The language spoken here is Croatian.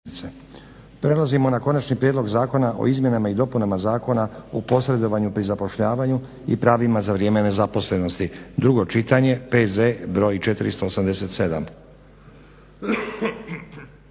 Nenad (SDP)** Konačni prijedlog zakona o izmjenama i dopunama Zakona o posredovanju pri zapošljavanju i pravima za vrijeme nezaposlenosti, drugo čitanje, PZ br. 487,